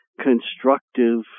constructive